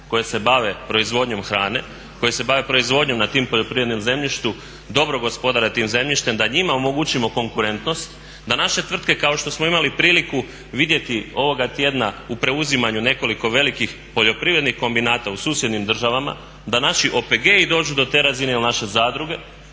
koje se bave proizvodnjom hrane, koje se bave proizvodnjom na tom poljoprivrednom zemljištu, dobro gospodare tim zemljištem, da njima omogućimo konkurentnost, da naše tvrtke kao što smo imali priliku vidjeti ovoga tjedna u preuzimanju nekoliko velikih poljoprivrednih kombinata u susjednim državama, da naši OPG-i dođu do te razine ili naše zadruge,